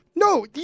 No